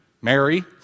Mary